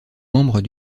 membres